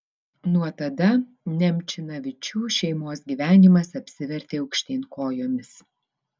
nuo tada nemčinavičių šeimos gyvenimas apsivertė aukštyn kojomis